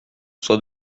soit